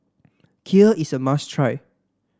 kheer is a must try